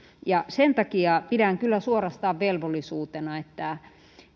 sen takia pidän kyllä suorastaan velvollisuutena että